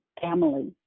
family